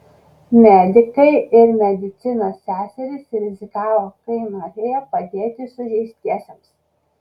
medikai ir medicinos seserys rizikavo kai norėjo padėti sužeistiesiems